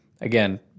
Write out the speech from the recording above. again